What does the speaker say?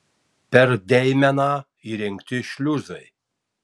per deimeną įrengti šliuzai